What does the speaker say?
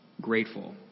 grateful